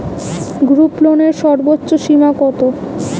গ্রুপলোনের সর্বোচ্চ সীমা কত?